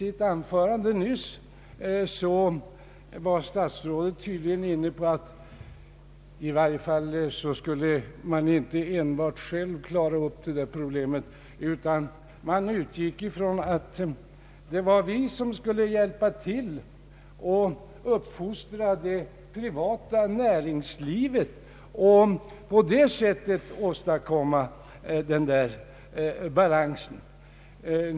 I anförandet nyss var statsrådet dock tydligen inne på att problemet inte skulle klaras enbart av berörda myndigheter, utan han utgick ifrån att det var vi som skulle hjälpa till att uppfostra det privata näringslivet och på det sättet åstadkomma den där balansen.